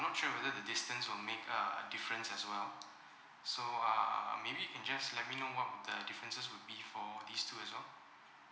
I'm not sure whether the distance will make a difference as well so uh maybe you can just let me know what would the differences be for these two as well